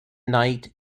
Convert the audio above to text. night